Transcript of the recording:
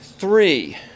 Three